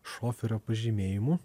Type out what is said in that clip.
šoferio pažymėjimų